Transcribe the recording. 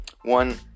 one